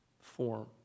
form